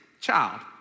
child